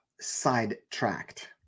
sidetracked